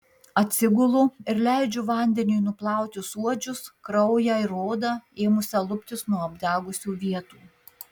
atsigulu ir leidžiu vandeniui nuplauti suodžius kraują ir odą ėmusią luptis nuo apdegusių vietų